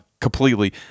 completely